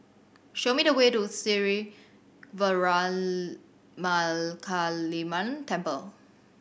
show me the way to Sri Veeramakaliamman Temple